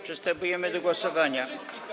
Przystępujemy do głosowania.